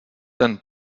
ten